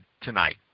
tonight